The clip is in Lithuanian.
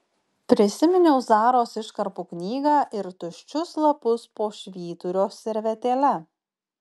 prisiminiau zaros iškarpų knygą ir tuščius lapus po švyturio servetėle